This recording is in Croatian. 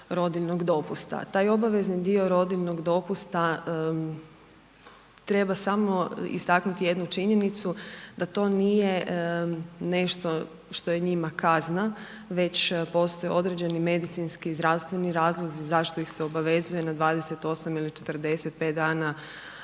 rodiljnog dopusta, taj obavezni dio rodiljnog dopusta treba samo istaknuti jednu činjenicu da to nije nešto što je njima kazna, već postoje određeni medicinski i zdravstveni razlozi zašto ih se obavezuje na 28 ili 45 dana